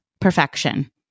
perfection